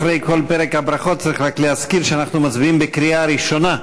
אחרי כל פרק הברכות צריך רק להזכיר שאנחנו מצביעים בקריאה ראשונה,